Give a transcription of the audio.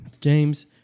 James